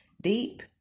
deep